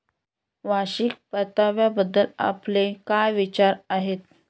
वार्षिक परताव्याबद्दल आपले काय विचार आहेत?